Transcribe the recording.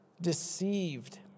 deceived